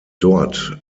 dort